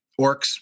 Orcs